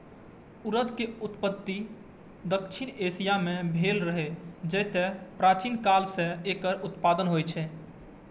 उड़द के उत्पत्ति दक्षिण एशिया मे भेल रहै, जतय प्राचीन काल सं एकर उत्पादन होइ छै